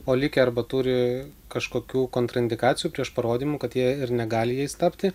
o likę arba turi kažkokių kontraindikacijų prieš parodymų kad jei ir negali jais tapti